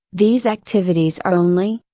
these activities are only,